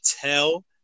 tell